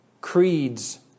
creeds